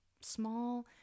small